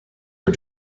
are